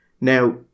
now